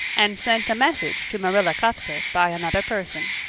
and sent a message to marilla cuthbert by another person.